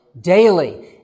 daily